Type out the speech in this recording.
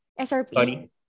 SRP